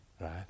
right